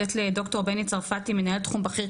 לתת לד"ר בני צרפתי מנהל תחום בכיר,